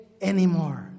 anymore